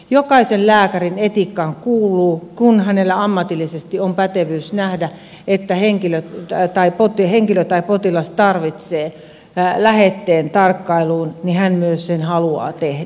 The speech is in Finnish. jokaisen lääkärin etiikkaan kuuluu kun hänellä ammatillisesti on pätevyys nähdä että henkilö tai potilas tarvitsee lähetteen tarkkailuun niin hän myös sen haluaa tehdä